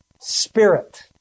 spirit